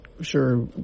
sure